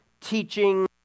teaching